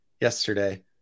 yesterday